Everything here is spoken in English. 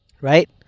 Right